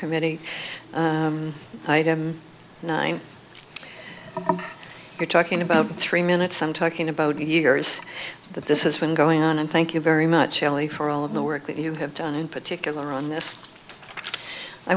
committee nine you're talking about three minutes i'm talking about years that this is been going on and thank you very much ellie for all of the work that you have done in particular on this i